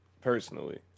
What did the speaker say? personally